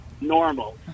normal